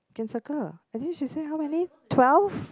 can settle I think she say how many twelve